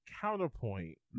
Counterpoint